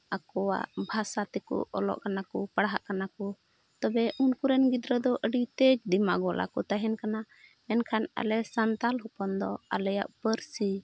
ᱟᱠᱚᱣᱟᱜ ᱵᱷᱟᱥᱟ ᱛᱮᱠᱚ ᱚᱞᱚᱜ ᱠᱟᱱᱟ ᱠᱚ ᱯᱟᱲᱦᱟᱜ ᱠᱟᱱᱟ ᱠᱚ ᱛᱚᱵᱮ ᱩᱱᱠᱩᱨᱮᱱ ᱜᱤᱫᱽᱟᱹ ᱫᱚ ᱟᱹᱰᱤᱛᱮᱫ ᱫᱤᱢᱟᱠ ᱵᱟᱞᱟ ᱠᱚ ᱛᱟᱦᱮᱱ ᱠᱟᱱᱟ ᱢᱮᱱᱠᱷᱟᱱ ᱟᱞᱮ ᱥᱟᱱᱛᱟᱞ ᱦᱚᱯᱚᱱ ᱫᱚ ᱟᱞᱮᱭᱟᱜ ᱯᱟᱹᱨᱥᱤ